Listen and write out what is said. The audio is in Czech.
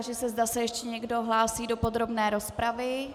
Táži se, zda se ještě někdo hlásí do podrobné rozpravy.